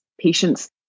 patients